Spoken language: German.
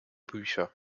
bücher